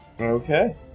Okay